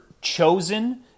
chosen